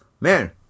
Man